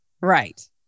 Right